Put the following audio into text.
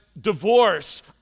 divorce